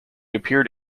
appeared